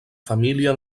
família